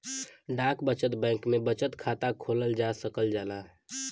डाक बचत बैंक में बचत खाता खोलल जा सकल जाला